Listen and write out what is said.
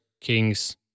Kings